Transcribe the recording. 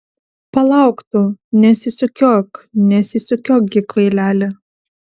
palauk tu nesisukiok nesisukiok gi kvaileli